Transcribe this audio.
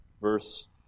verse